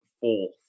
fourth